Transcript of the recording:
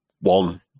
one